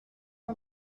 des